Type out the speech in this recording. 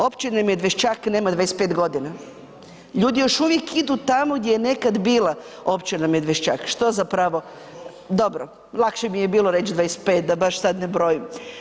Općine Medveščak nema 25.g. Ljudi još uvijek idu tamo gdje je nekad bila općina Medveščak, što zapravo … [[Upadica iz Sabornice se ne čuje]] dobro, lakše mi je bilo reć 25, da baš sad ne brojim.